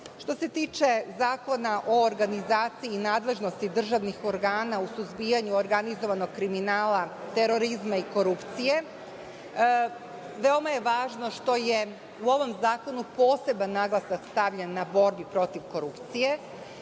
se tiče Zakona o organizaciji nadležnosti državnih organa u suzbijanju organizovanog kriminala, terorizma i korupcije, veoma je važno što je u ovom zakonu poseban naglasak stavljen na borbu protiv korupcije,